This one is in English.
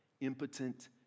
impotent